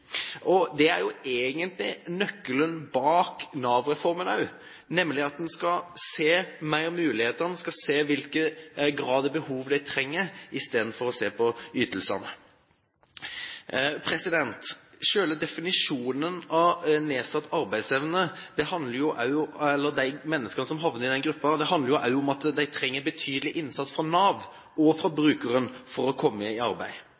Det er jo egentlig nøkkelen bak Nav-reformen også, nemlig at en skal se på flere muligheter, en skal se på hvilke behov de har, i stedet for å se på ytelsene. Når det gjelder selve definisjonen av de menneskene med «nedsatt arbeidsevne» som havner i den gruppen, handler det også om at de trenger betydelig innsats fra Nav og fra brukerne selv for å komme i arbeid.